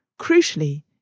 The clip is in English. Crucially